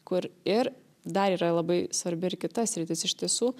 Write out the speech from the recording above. kur ir dar yra labai svarbi ir kita sritis iš tiesų